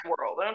World